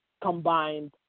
combined